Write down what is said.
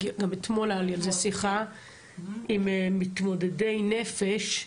גם אתמול הייתה לי על זה שיחה עם מתמודדי נפש,